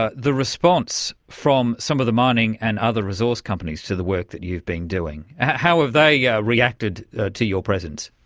ah the response from some of the mining and other resource companies to the work that you've been doing, how have they yeah reacted to your presence?